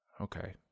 okay